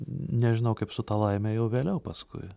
nežinau kaip su ta laime jau vėliau paskui